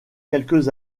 quelques